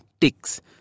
ticks